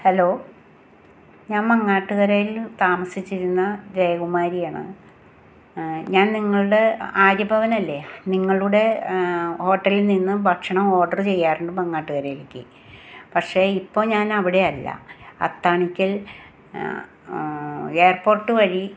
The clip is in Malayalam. ഹലോ ഞാൻ മങ്ങാട്ടുകരയില് താമസിച്ചിരുന്ന ജയകുമാരിയാണ് ഞാൻ നിങ്ങളുടെ ആര്യ ഭവനല്ലേ നിങ്ങളുടെ ഹോട്ടലിൽ നിന്നും ഭക്ഷണം ഓർഡറ് ചെയ്യാറുണ്ട് മങ്ങാട്ടുകരയിലേക്ക് പക്ഷെ ഇപ്പോൾ ഞാനവിടെ അല്ല അത്താണിക്കൽ ഏർപോർട്ട് വഴി